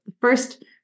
first